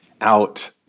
out